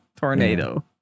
Tornado